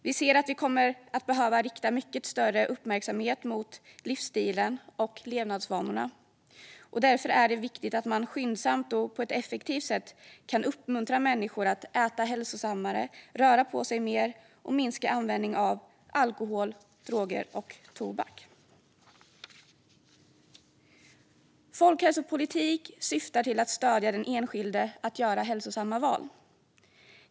Vi ser att vi kommer att behöva rikta mycket större uppmärksamhet mot livsstilen och levnadsvanorna, och därför är det viktigt att man skyndsamt och på ett effektivt sätt kan uppmuntra människor att äta hälsosammare, röra på sig mer och minska användningen av alkohol, droger och tobak. Folkhälsopolitik syftar till att stödja den enskilde att göra hälsosamma val.